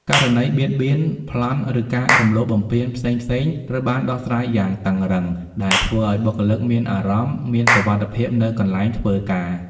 ករណីបៀតបៀន ប្លន់ ឬការរំលោភបំពានផ្សេងៗត្រូវបានដោះស្រាយយ៉ាងតឹងរ៉ឹង ដែលធ្វើឲ្យបុគ្គលិកមានអារម្មណ៍មានសុវត្ថិភាពនៅកន្លែងធ្វើការ។